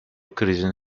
krizin